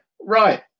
right